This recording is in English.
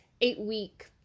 eight-week